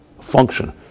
Function